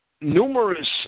numerous